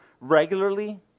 regularly